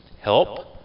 help